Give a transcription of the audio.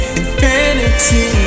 infinity